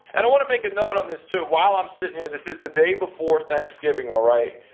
and i want to make a note on this too while i'm sitting here this is the day before thanksgiving, all right.